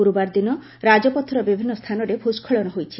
ଗୁରୁବାର ଦିନ ରାଜପଥର ବିଭିନ୍ନ ସ୍ଥାନରେ ଭୂସ୍କଳନ ହୋଇଛି